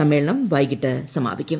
സമ്മേളനം വൈകിട്ട് സമാപിക്കും